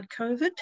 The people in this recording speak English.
COVID